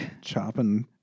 chopping